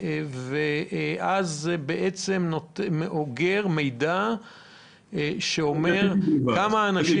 ואז היא אוגרת מידע שאומר כמה אנשים נמצאים ---?